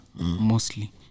mostly